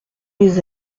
les